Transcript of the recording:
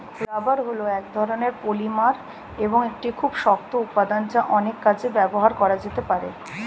rubber হল এক ধরণের পলিমার এবং একটি খুব শক্ত উপাদান যা অনেক কাজে ব্যবহার করা যেতে পারে